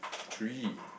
three